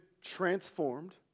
transformed